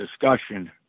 discussion